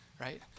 right